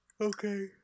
Okay